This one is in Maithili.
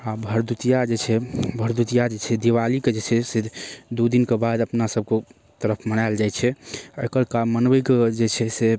हॅं भरदुतिया जे छै भरदुतिया जे छै दीवालीके जे छै से दू दिनके बाद अपना सबके तरफ मनायल जाइ छै एकरा मनबैके जे छै से